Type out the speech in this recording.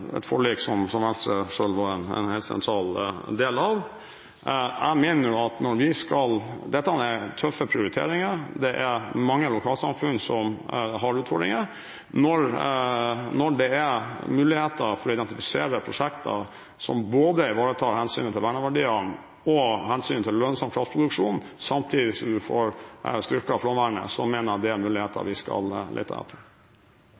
et forlik som Venstre selv var en helt sentral del av. Dette er tøffe prioriteringer, det er mange lokalsamfunn som har utfordringer. Når det er muligheter for å identifisere prosjekter som ivaretar hensynet til både verneverdiene og lønnsom kraftproduksjon, samtidig som vi får styrket flomvernet, mener jeg det er